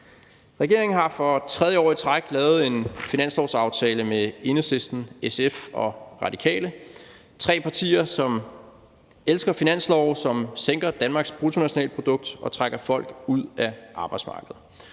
Regeringen har for tredje år i træk lavet en finanslovsaftale med Enhedslisten, SF og Radikale. Det er tre partier, som elsker finanslove, som sænker Danmarks bruttonationalprodukt og trækker folk ud af arbejdsmarkedet,